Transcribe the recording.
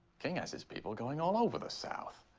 king has his people going all over the south,